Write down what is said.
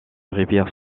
rivière